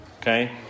Okay